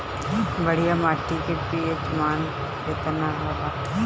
बढ़िया माटी के पी.एच मान केतना होला?